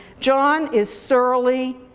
john is surly,